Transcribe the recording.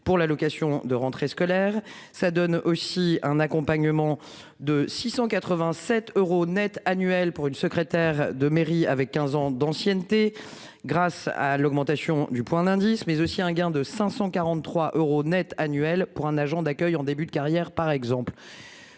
pour l'allocation de rentrée scolaire, ça donne aussi un accompagnement de 687 euros nets annuels pour une secrétaire de mairie avec 15 ans d'ancienneté. Grâce à l'augmentation du point d'indice, mais aussi un gain de 543 euros nets annuels pour un agent d'accueil en début de carrière par exemple.